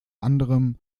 anderem